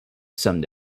some